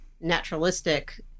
naturalistic